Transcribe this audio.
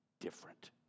different